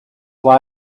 why